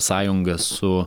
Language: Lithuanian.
sąjungą su